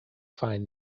find